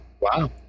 Wow